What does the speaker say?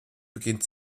beginnt